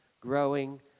growing